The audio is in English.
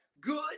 good